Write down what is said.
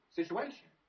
situation